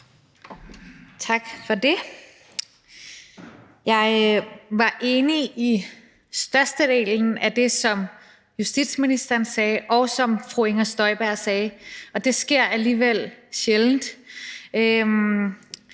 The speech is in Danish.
Tak for det. Jeg var enig i størstedelen af det, som justitsministeren sagde, og som fru Inger Støjberg sagde, og det sker alligevel sjældent,